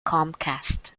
comcast